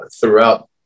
throughout